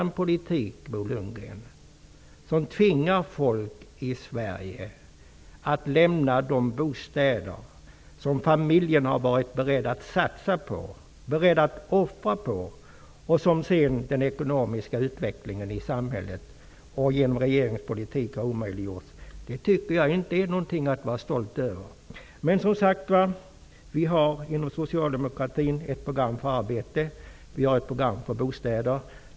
En politik, Bo Lundgren, som tvingar folk i Sverige att lämna de bostäder de har varit beredda att satsa och offra på, vilket den ekonomiska utvecklingen i samhället genom regeringens politik har omöjliggjort, tycker jag inte är någonting att vara stolt över. Men som sagt vi har inom socialdemokratin ett program för arbeten och ett program för bostäder.